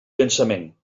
pensament